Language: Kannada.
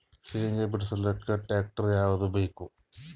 ಶೇಂಗಾ ಬಿಡಸಲಕ್ಕ ಟ್ಟ್ರ್ಯಾಕ್ಟರ್ ಯಾವದ ಬೇಕು?